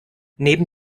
neben